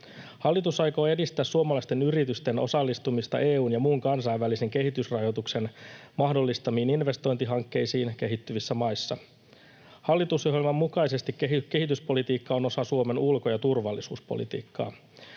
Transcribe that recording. Hallitus aikoo edistää suomalaisten yritysten osallistumista EU:n ja muun kansainvälisen kehitysrahoituksen mahdollistamiin investointihankkeisiin kehittyvissä maissa. Hallitusohjelman mukaisesti kehityspolitiikka on osa Suomen ulko- ja turvallisuuspolitiikkaa.